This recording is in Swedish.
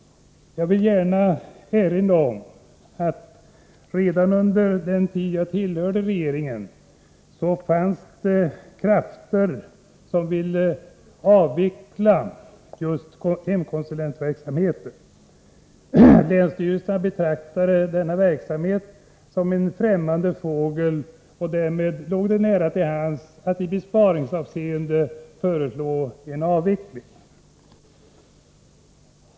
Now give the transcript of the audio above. Jag vill erinra om att det redan under den tid när jag tillhörde regeringen fanns krafter som ville avveckla just hemkonsulentverksamheten. Länsstyrelserna betraktade denna verksamhet som en främmande fågel, och därmed låg det nära till hands att i besparingssyfte föreslå en avveckling.